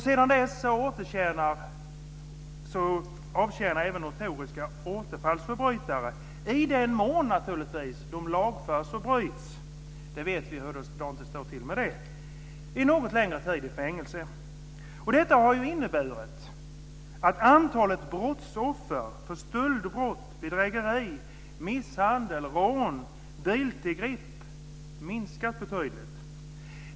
Sedan dess avtjänar även notoriska återfallsförbrytare, naturligtvis i den mån de lagförs och grips - vi vet hurdant det står till med det - en något längre tid i fängelse. Detta har inneburit att antalet brottsoffer för stöldbrott, bedrägeri, misshandel, rån och biltillgrepp har minskat betydligt.